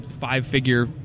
five-figure